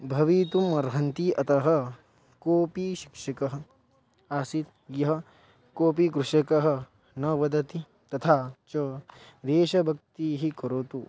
भवितुम् अर्हति अतः कोपि शिक्षिकः आसीत् यः कोपि कृषकः न वदति तथा च देशभक्तिः करोतु